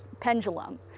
pendulum